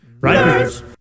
right